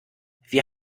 wir